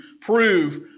prove